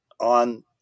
on